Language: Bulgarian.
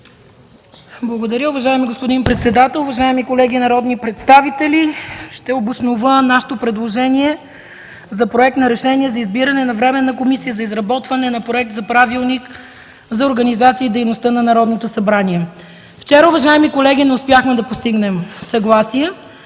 Благодаря, уважаеми господин председател. Уважаеми колеги народни представители! Ще обоснова нашето предложение за Проект на решение за избиране на Временна комисия за изработване на Проект за Правилник за организация и дейността на Народното събрание. Вчера, уважаеми колеги, не успяхме да постигнем съгласие.